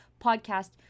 podcast